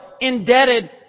indebted